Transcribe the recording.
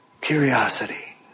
Curiosity